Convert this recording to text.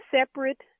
separate